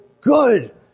good